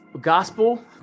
gospel